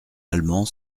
allemand